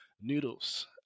Noodles